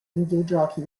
videogiochi